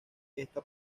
esta